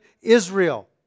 Israel